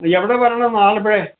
എവിടെ വരണം ആലപ്പുഴ